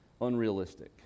unrealistic